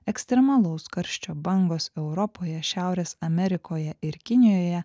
ekstremalaus karščio bangos europoje šiaurės amerikoje ir kinijoje